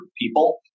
people